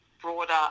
broader